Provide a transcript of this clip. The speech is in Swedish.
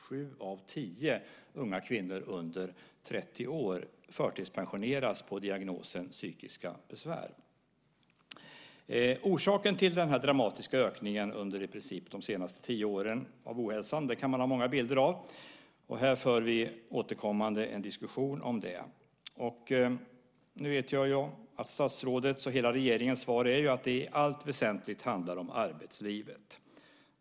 Sju av tio unga kvinnor under 30 år förtidspensioneras alltså på grund av diagnosen psykiska besvär. Orsaken till den här dramatiska ökningen under i princip de senaste tio åren av ohälsa kan man ha många bilder av. Här för vi återkommande en diskussion om det. Nu vet jag att statsrådets och hela regeringens svar är att det i allt väsentligt handlar om arbetslivet.